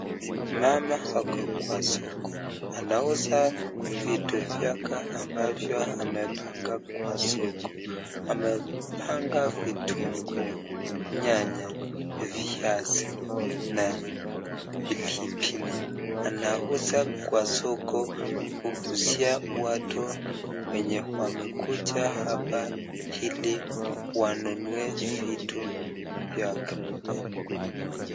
Mama ako kwa soko anauza vitu vyake ambavyo amepanga kwa soko, amepanga vitungu, nyanya, viazi na pilipili anauza kwa soko kuuzia watu wenye wamekuja hapa ili wanunue vitu vyake.